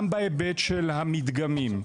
גם בהיבט של המדגמים,